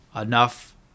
enough